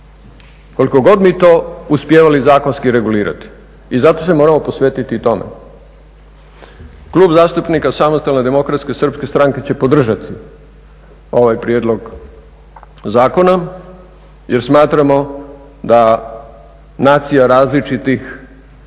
koliko god mi to uspijevali zakonski regulirati. I zato se moramo posvetiti i tome. Klub zastupnika Samostalne demokratske srpske stranke će podržati ovaj prijedlog zakona, jer smatramo da nacija različitih